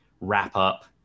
wrap-up